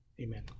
Amen